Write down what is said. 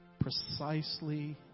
precisely